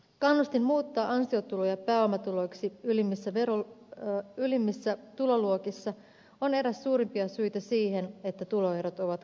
kannustin muuttaa ansiotuloja pääomatuloiksi ylimmissä tuloluokissa on eräs suurimpia syitä siihen että tuloerot ovat kasvaneet